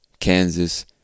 Kansas